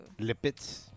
Lipids